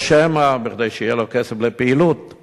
שמא, כדי שיהיה לו כסף לפעילות,